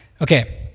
Okay